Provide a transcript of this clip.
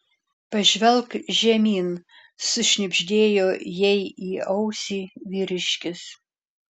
pažvelk žemyn sušnibždėjo jai į ausį vyriškis